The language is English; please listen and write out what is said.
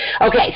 Okay